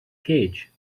cage